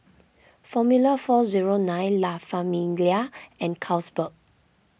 formula four zero nine La Famiglia and Carlsberg